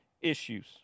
issues